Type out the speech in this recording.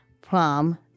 prom